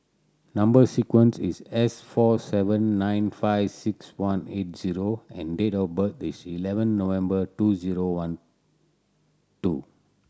number sequence is S four seven nine five six one eight zero and date of birth is eleven November two zero one two